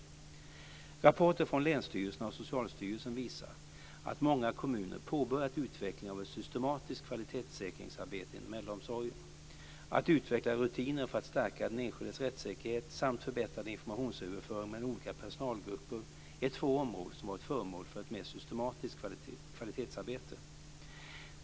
Rapporter från länsstyrelserna och Socialstyrelsen visar att många kommuner påbörjat utvecklingen av ett systematiskt kvalitetssäkringsarbete inom äldreomsorgen. Att utveckla rutiner för att stärka den enskildes rättssäkerhet samt förbättrad informationsöverföring mellan olika personalgrupper är två områden som varit föremål för ett mer systematiskt kvalitetsarbete.